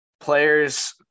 Players